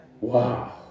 Wow